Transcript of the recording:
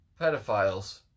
Pedophiles